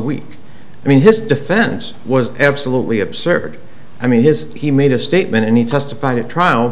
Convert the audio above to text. weak i mean this defense was absolutely absurd i mean his he made a statement and he testified at trial